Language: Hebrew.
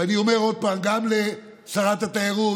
ואני אומר עוד פעם, גם לשרת התיירות